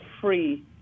free